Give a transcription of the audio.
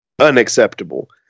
unacceptable